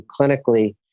clinically